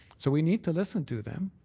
so we need to listen to them,